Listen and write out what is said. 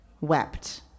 wept